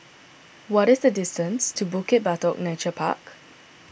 what is the distance to Bukit Batok Nature Park